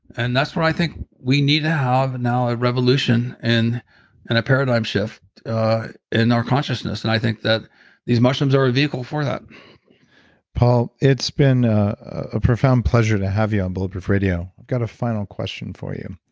and that's where i think we need to have now a revolution and and a paradigm shift in our consciousness. and i think that these mushrooms are a vehicle for that paul, it's been a a profound pleasure to have you on bulletproof radio. i've got a final question for you.